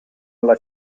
alla